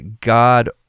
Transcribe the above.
God-